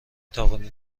توانید